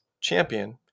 champion